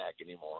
anymore